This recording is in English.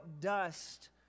dust